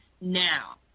now